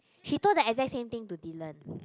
she told the exact same thing to dylan